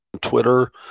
Twitter